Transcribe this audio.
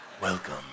welcome